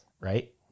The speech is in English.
right